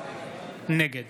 נגד